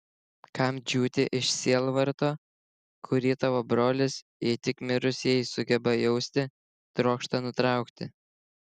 kam džiūti iš sielvarto kurį tavo brolis jei tik mirusieji sugeba jausti trokšta nutraukti